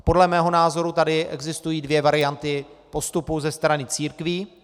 Podle mého názoru tady existují dvě varianty postupu ze strany církví.